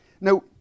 Now